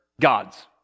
gods